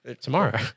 tomorrow